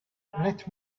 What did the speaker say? let